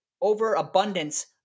overabundance